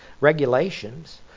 regulations